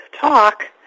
talk